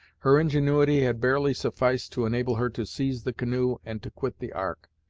her ingenuity had barely sufficed to enable her to seize the canoe and to quit the ark,